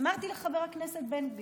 אמרתי לחבר הכנסת בן גביר,